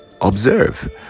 observe